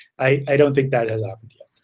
i don't think that has happened yet.